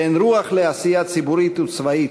בין רוח לעשייה ציבורית וצבאית,